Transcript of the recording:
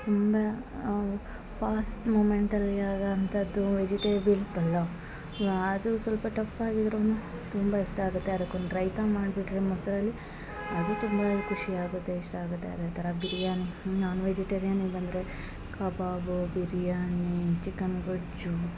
ತುಂಬ ಫಾಸ್ಟ್ ಮೂಮೆಂಟಲ್ಲಿ ಆಗೊ ಅಂಥದ್ದು ವೆಜಿಟೇಬಿಲ್ ಪಲಾವ್ ವಾದು ಸ್ವಲ್ಪ ಟಫ್ಫಾಗಿ ಇರುನ್ನು ತುಂಬ ಇಷ್ಟ ಆಗುತ್ತೆ ಅದಕ್ಕೊಂದು ರೈತ ಮಾಡ್ಬಿಟ್ಟರೆ ಮೊಸರಲ್ಲಿ ಅದು ತುಂಬ ಖುಷಿ ಆಗುತ್ತೆ ಇಷ್ಟ ಆಗುತ್ತೆ ಅದೇ ಥರ ಬಿರ್ಯಾನಿ ನಾನ್ ವೆಜಿಟೇರಿಯನಿಗೆ ಬಂದರೆ ಕಬಾಬು ಬಿರ್ಯಾನಿ ಚಿಕನ್ ಗೊಜ್ಜು